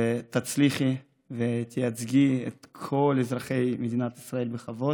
ותצליחי ותייצגי את כל אזרחי מדינת ישראל בכבוד.